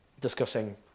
discussing